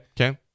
Okay